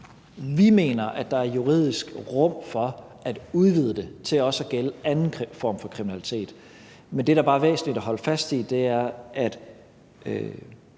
Vi mener, at der er juridisk rum for at udvide det til også at gælde anden form for kriminalitet. Men det, der bare er væsentligt at holde fast i, er, at